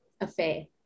affair